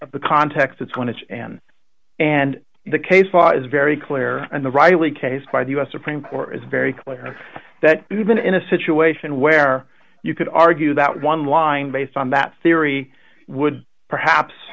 of the context it's going to jan and the case law is very clear and the riley case by the u s supreme court is very clear that even in a situation where you could argue that one line based on that theory would perhaps